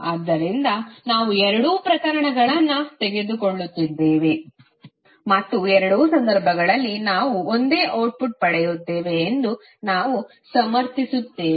ಆದ್ದರಿಂದ ನಾವು ಎರಡೂ ಪ್ರಕರಣಗಳನ್ನು ತೆಗೆದುಕೊಳ್ಳುತ್ತಿದ್ದೇವೆ ಮತ್ತು ಎರಡೂ ಸಂದರ್ಭಗಳಲ್ಲಿ ನಾವು ಒಂದೇ ಅವ್ಟ್ಟ್ಪುಟ್ಪಡೆಯುತ್ತೇವೆ ಎಂದು ನಾವು ಸಮರ್ಥಿಸುತ್ತೇವೆ